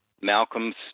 Malcolm's